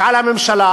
שעל הממשלה